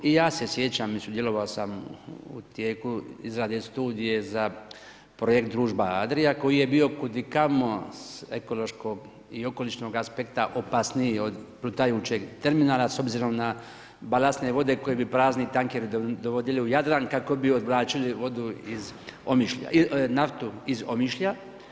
I ja se sjećam i sudjelovao sam u tijeku izrade studija za projekt družba Adria, koji je bio kud i kamo s ekološkog i okolišnog aspekta, opasniji od plutajućeg terminala, s obzirom na balanse vode, koji bi prazni tankeri dovodili u Jadran, kako bi odvlačili naftu iz Omišlja.